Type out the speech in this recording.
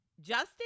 Justin